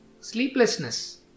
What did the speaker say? sleeplessness